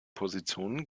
positionen